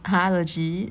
!huh! legit